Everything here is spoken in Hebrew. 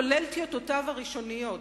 כולל טיוטותיו הראשוניות,